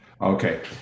Okay